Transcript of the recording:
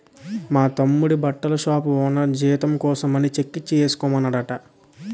మా తమ్ముడి బట్టల షాపు ఓనరు జీతం కోసమని చెక్కిచ్చి ఏసుకోమన్నాడట